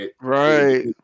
Right